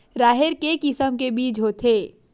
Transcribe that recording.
राहेर के किसम के बीज होथे?